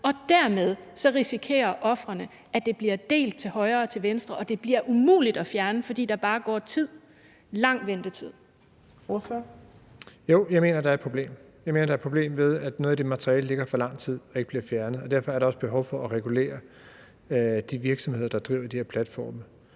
dermed risikerer, at det bliver delt til højre og til venstre, og at det bliver umuligt at fjerne, fordi der bare går lang tid? Kl. 15:12 Fjerde næstformand (Trine Torp): Ordføreren. Kl. 15:12 Jeppe Bruus (S): Jo, jeg mener, der er et problem. Jeg mener, at der er et problem med, at noget af det materiale ligger i for lang tid og ikke bliver fjernet, og derfor er der også behov for at regulere de virksomheder, der driver de her platforme.